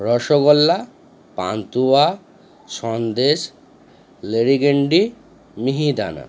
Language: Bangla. রসগোল্লা পান্তুয়া সন্দেশ লেডিকেন্ডি মিহিদানা